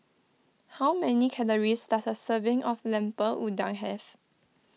how many calories does a serving of Lemper Udang have